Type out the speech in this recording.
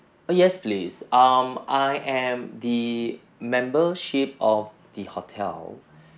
yes please um I am the membership of the hotel